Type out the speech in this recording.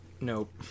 nope